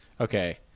Okay